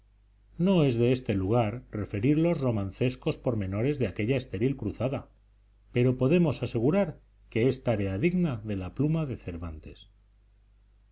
no es de este lugar referir los romancescos pormenores de aquella estéril cruzada pero podemos asegurar que es tarea digna de la pluma de cervantes